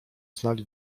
znali